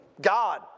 God